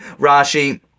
Rashi